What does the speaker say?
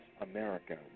America